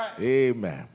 Amen